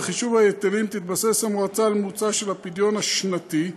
בחישוב ההיטלים תתבסס המועצה על ממוצע של הפדיון השנתי,